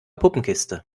puppenkiste